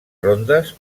rondes